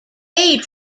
aid